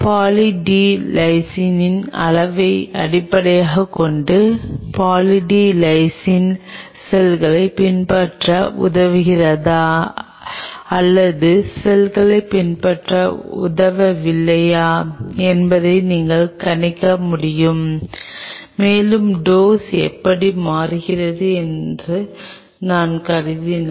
poly D லைசினின் அளவை அடிப்படையாகக் கொண்டு பாலி டி லைசின் செல்களைப் பின்பற்ற உதவுகிறதா அல்லது செல்களைப் பின்பற்ற உதவவில்லையா என்பதை நீங்கள் கணிக்க முடியும் மேலும் டோஸ் எப்படி மாறுகிறது என்று நான் கருதினால்